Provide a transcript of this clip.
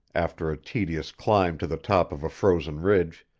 after a tedious climb to the top of a frozen ridge,